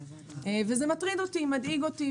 צר לי,